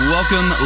Welcome